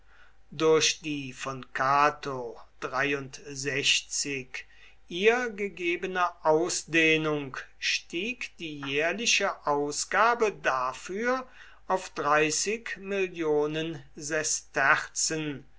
durch die von cato ihr gegebene ausdehnung stieg die jährliche ausgabe dafür auf